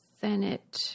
Senate